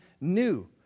new